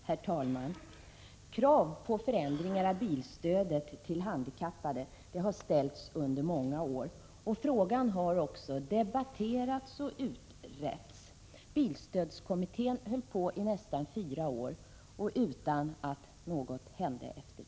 Herr talman! Krav på förändringar av bilstödet till handikappade har ställts under många år, och frågan har också debatterats och utretts. Bilstödskommittén höll på i nästan fyra år utan att något hände därefter.